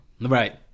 Right